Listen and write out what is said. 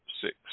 six